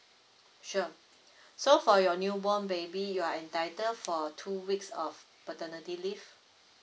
sure so for your new born baby you are entitle for two weeks of paternity leave